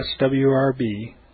swrb